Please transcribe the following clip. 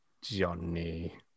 Johnny